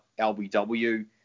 LBW